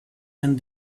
and